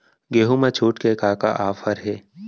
गेहूँ मा छूट के का का ऑफ़र हे?